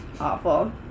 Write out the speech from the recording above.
Awful